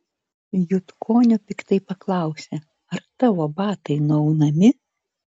jutkonio piktai paklausė ar tavo batai nuaunami